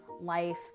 life